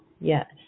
Yes